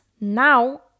now